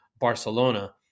Barcelona